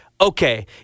okay